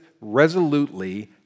resolutely